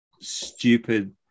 stupid